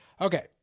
Okay